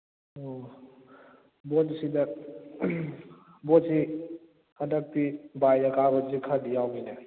ꯑꯣ ꯚꯣꯠ ꯁꯤꯗ ꯚꯣꯠꯁꯤ ꯍꯟꯗꯛ ꯄ꯭ꯔꯤ ꯕꯥꯏꯗ ꯀꯥꯕꯁꯨ ꯈꯔꯗꯤ ꯌꯥꯎꯅꯤꯅꯦ